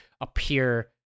appear